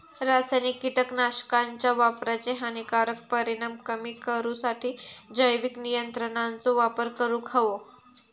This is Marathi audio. रासायनिक कीटकनाशकांच्या वापराचे हानिकारक परिणाम कमी करूसाठी जैविक नियंत्रणांचो वापर करूंक हवो